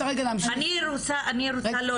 שלום,